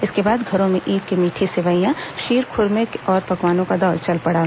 उसके बाद घरों में ईद की मीठी सेवईयां शीर खुरमे और पकवानों का दौर चल पड़ा